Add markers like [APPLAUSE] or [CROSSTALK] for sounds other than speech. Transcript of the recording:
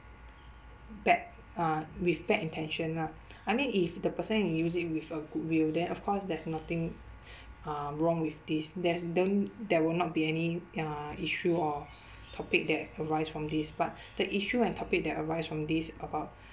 bad uh with bad intention lah [NOISE] I mean if the person use it with a goodwill then of course there's nothing uh wrong with this there's them there will not be any uh issue or topic that arise from these but the issue and topic that arise from these about